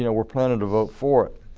you know were planning to vote for it.